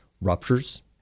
ruptures